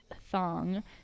thong